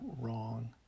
wrong